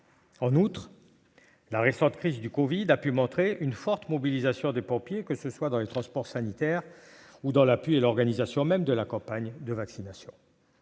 En outre, la récente crise du covid a montré une forte mobilisation des pompiers dans les transports sanitaires comme dans l'appui, voire dans l'organisation de la campagne de vaccination.